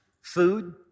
food